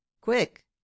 quick